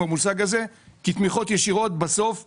המושג הזה כי תמיכות ישירות בסוף מתמסמסות,